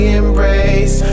embrace